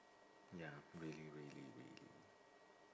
ya really really really